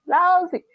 Lousy